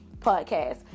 podcast